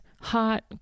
hot